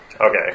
Okay